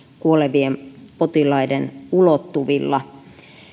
kuolevien potilaiden ulottuvilla